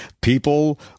People